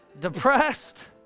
depressed